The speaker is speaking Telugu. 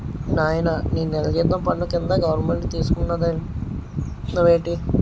నాయనా నీ నెల జీతం పన్ను కింద గవరమెంటు తీసుకున్నాదన్నావేటి